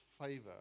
favor